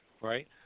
Right